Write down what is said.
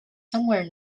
somewhere